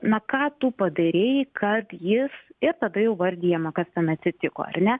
na ką tu padarei kad jis ir tada jau vardijama kas ten atsitiko ar ne